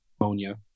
ammonia